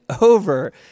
over